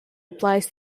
applies